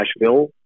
Nashville